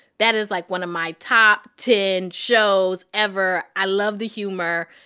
that is, like, one of my top ten shows ever. i love the humor.